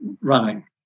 running